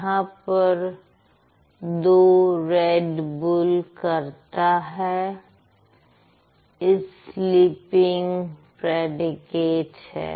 यहां पर the red bull करता है इस स्लीपिंग प्रिडिकेट है